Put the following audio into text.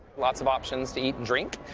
lots of options to eat and drink.